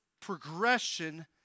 progression